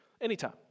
Anytime